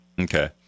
Okay